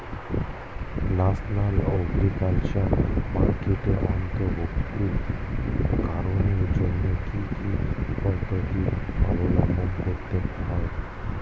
National agriculture মার্কেটে অন্তর্ভুক্তিকরণের জন্য কি কি পদ্ধতি অবলম্বন করতে হয়?